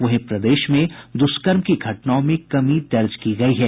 वहीं प्रदेश में दुष्कर्म की घटनाओं में कमी दर्ज की गयी है